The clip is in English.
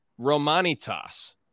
Romanitas